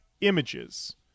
images